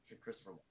Christopher